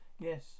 Yes